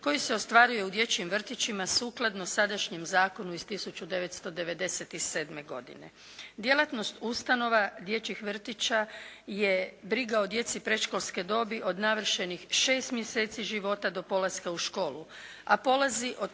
koji se ostvaruju u dječjim vrtićima sukladno sadašnjem zakonu iz 1997. godine. Djelatnost ustanova dječjih vrtića je briga o djeci predškolske dobi od navršenih 6 mjeseci života do polaska u školu, a polazi od